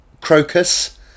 Crocus